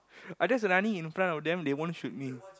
I just running in front of them they won't shoot me